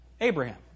Abraham